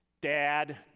Dad